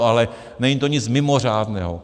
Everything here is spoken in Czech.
Ale není to nic mimořádného.